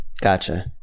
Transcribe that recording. Gotcha